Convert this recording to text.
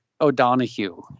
O'Donohue